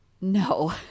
No